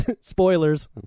Spoilers